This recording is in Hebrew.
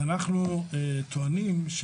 ואנחנו טוענים,